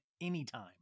anytime